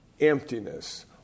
emptiness